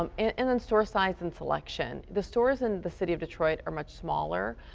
um in in store size and selection. the stores in the city of detroit are much smaller.